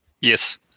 Yes